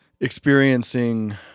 experiencing